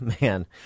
man